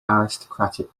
aristocratic